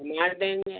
घुमा देंगे